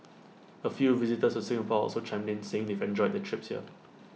A few visitors to Singapore also chimed in saying they've enjoyed their trips here